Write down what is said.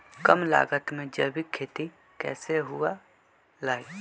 कम लागत में जैविक खेती कैसे हुआ लाई?